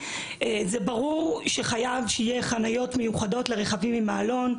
זה ברור שחייבות להוית חניות מיוחדות לרכבים עם מעלון.